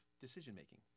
decision-making